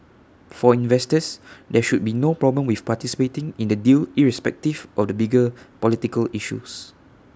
for investors there should be no problem with participating in the deal irrespective of the bigger political issues